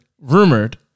rumored